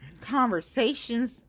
conversations